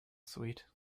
sweet